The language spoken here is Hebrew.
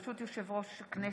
ברשות יושב-ראש הכנסת,